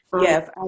yes